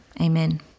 amen